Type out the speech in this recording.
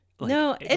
No